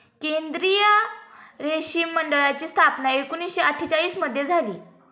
केंद्रीय रेशीम मंडळाची स्थापना एकूणशे अट्ठेचालिश मध्ये झाली